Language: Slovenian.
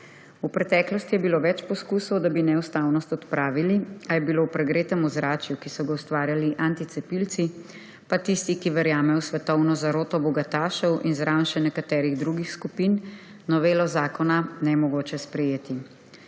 V preteklosti je bilo več poskusov, da bi neustavnost odpravili, a je bilo v pregretem ozračju, ki so ga ustvarjali anticepilci, pa tisti, ki verjamejo v svetovno zaroto bogatašev, in zraven še nekatere druge skupine, novelo Zakona nemogoče sprejeti.